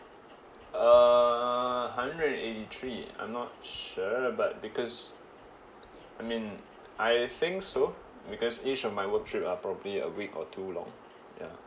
uh hundred and eighty three I'm not sure but because I mean I think so because each of my work trip are probably a week or two long ya